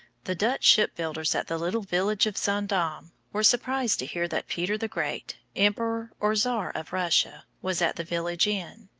the dutch shipbuilders at the little village of zaandam were surprised to hear that peter the great, emperor or tsar of russia, was at the village inn.